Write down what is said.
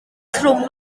trwm